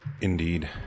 Indeed